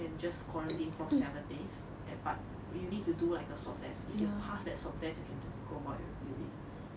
you can just quarantine for seven days and err but you need to do like a swab test if you pass that swab test you can just go about in a few days